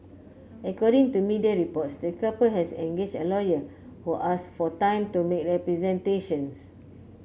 according to media reports the couple has engaged a lawyer who asked for time to make representations